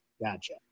Gotcha